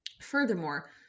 furthermore